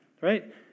Right